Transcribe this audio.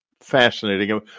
fascinating